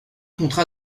contrats